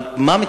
אבל כמה זה